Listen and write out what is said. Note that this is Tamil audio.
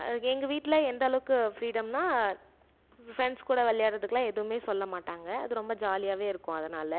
அ எங்கள் வீட்டில் எந்த அளவுக்கு ஃப்ரீடம்னா ஃப்ரெண்ட்ஸ் கூட விளையாடுறதுக்குலாம் எதுவுமே சொல்ல மாட்டாங்கள் அது ரொம்ப ஜாலியாகவே இருக்கும் அதனால்